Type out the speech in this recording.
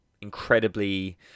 incredibly